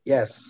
Yes